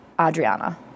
Adriana